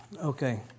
Okay